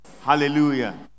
hallelujah